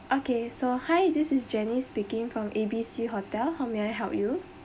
okay so hi this is jenny speaking from A B C hotel how may I help you